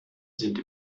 sind